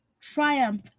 Triumph